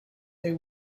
they